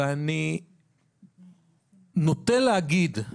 ואני נוטה להגיד,